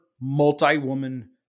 multi-woman